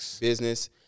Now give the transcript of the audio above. business